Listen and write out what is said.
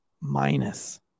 minus